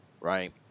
right